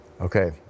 Okay